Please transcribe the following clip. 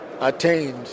attained